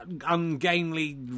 ungainly